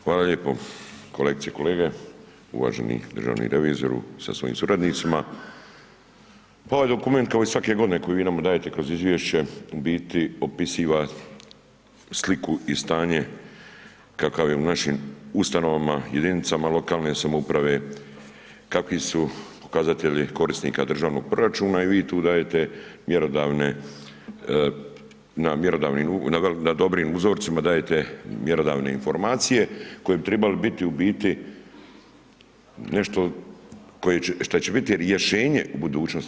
Hvala lijepo kolegice i kolege, uvaženi državni revizoru sa svojim suradnicima, pa ovaj dokument kao i svake godine koji vi nama dajete kroz izvješće u biti opisiva sliku i stanje kakav je u našim ustanovama, jedinicama lokalne samouprave, kakvi su pokazatelji korisnika državnog proračuna i vi tu dajete mjerodavne, na dobrim uzorcima dajete mjerodavne informacije koje bi trebale biti u biti nešto šta će biti rješenje u budućnosti.